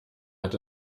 hat